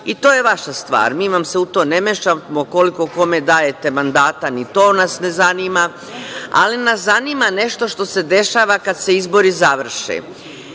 i to je vaša stvar. Mi vam se u to ne mešamo, koliko kome dajete mandata, ni to nas ne zanima, ali nas zanima nešto što se dešava kada se izbori završe.